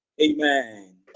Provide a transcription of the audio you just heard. Amen